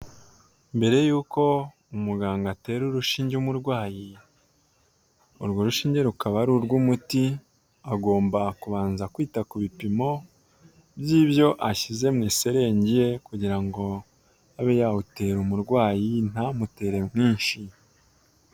Mbere yuko umuganga atera urushinge umurwayi urwo rushinge rukaba ari urw'umuti agomba kubanza kwita ku bipimo by'ibyo ashyize mu iserenge ye kugira ngo abe yawutera umurwayi ntamutere mwinshi.